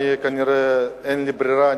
כנראה אין לי ברירה,